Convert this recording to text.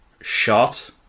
shot